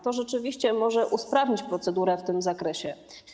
To rzeczywiście może usprawnić procedurę w tym zakresie.